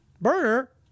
Burner